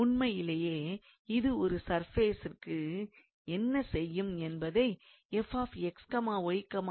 உண்மையிலே இது ஒரு சர்ஃபேசிற்கு என்ன செய்யும் என்பதை fx y zc எனலாம்